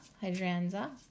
Hydrangea